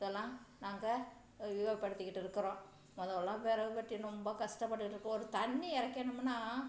இதெல்லாம் நாங்கள் உபயோகப்படுத்திக்கிட்டு இருக்கிறோம் முதோல்லாம் விறகு கட்டி ரொம்ப கஷ்டப்பட்டுக்கிட்டு ஒரு தண்ணி இறைக்கணும்னா